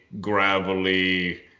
Gravelly